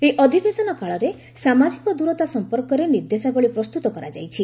ଏହି ଅଧିବେଶନ କାଳରେ ସାମାଜିକ ଦୂରତା ସଂପର୍କରେ ନିର୍ଦ୍ଦେଶାବାଳୀ ପ୍ରସ୍ତୁତ କରାଯାଇଛି